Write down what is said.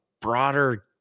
broader